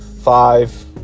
Five